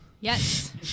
Yes